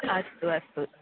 अस्तु अस्तु